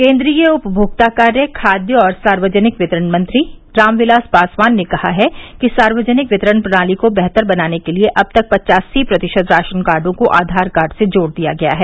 केन्द्रीय उपमोक्ता कार्य खाद्य और सार्वजनिक वितरण मंत्री रामविलास पासवान ने कहा है कि सार्वजनिक वितरण प्रणाली को बेहतर बनाने के लिए अब तक पचासी प्रतिशत राशन कार्ड को आधार कार्ड से जोड़ दिया गया है